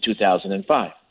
2005